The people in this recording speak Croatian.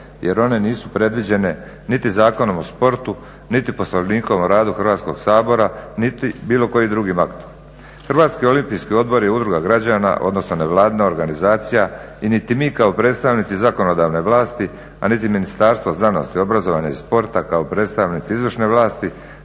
jer one nisu predviđene niti Zakonom o sportu niti Poslovnikom o radu Hrvatskog sabora niti bilo kojim drugim aktom. Hrvatski olimpijski odbor je udruga građana odnosno nevladina organizacija i niti mi kao predstavnici zakonodavne vlasti a niti Ministarstvo znanosti, obrazovanja i sporta kao predstavnici izvršne vlasti